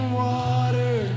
water